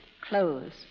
clothes